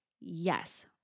Yes